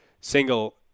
single